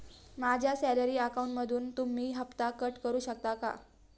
माझ्या सॅलरी अकाउंटमधून तुम्ही हफ्ता कट करू शकता का?